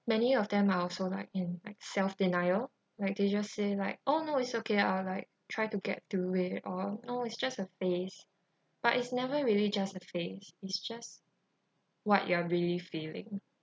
many of them are also like in self denial like they just say like oh no is okay I'll like try to get through it all no it's just a phase but it's never really just a phase is just what you are really feeling